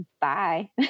bye